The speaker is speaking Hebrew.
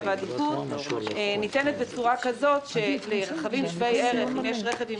העדיפות ניתנת בצורה כזאת שלרכבים שווי-ערך אם יש רכב עם